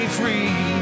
free